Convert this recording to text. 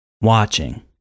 watching